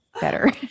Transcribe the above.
better